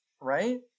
right